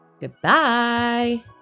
Goodbye